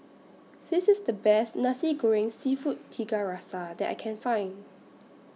This IS The Best Nasi Goreng Seafood Tiga Rasa that I Can Find